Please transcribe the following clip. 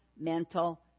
mental